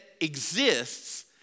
exists